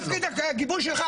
תענה לי לשאלה.